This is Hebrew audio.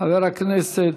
חבר הכנסת,